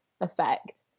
effect